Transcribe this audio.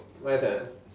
my turn